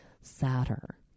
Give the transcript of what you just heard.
sadder